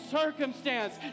circumstance